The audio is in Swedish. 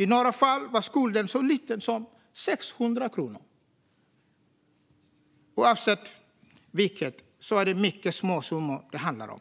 I några fall var skulden så liten som 600 kronor. Oavsett vilket är det mycket små summor det handlar om